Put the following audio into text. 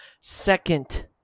second